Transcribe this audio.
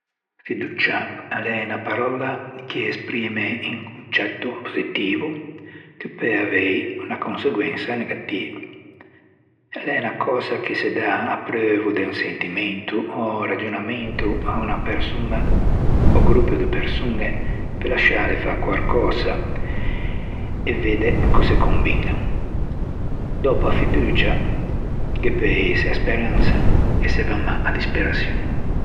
Fiduccia a l'é unna paròlla che esprimme un concetto positivo che peu avei unna conseguensa negativa. A l'é unna cösa ch'a se dà apreuvo de un sentimento ò un ragionamento à unna persoña ò à un gruppo de persoñe pe lasciâle fâ quarcösa e vedde cöse combiñan. Dòppo a fiducia ghe peu ëse a speransa e se va mâ, a disperaçion.